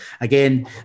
again